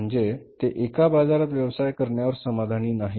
म्हणजे ते एका बाजारात व्यवसाय करण्यावर समाधानी नाहीत